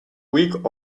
week